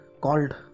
called